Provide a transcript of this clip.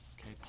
Okay